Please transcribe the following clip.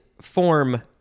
form